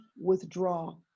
withdraw